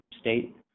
state